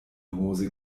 hose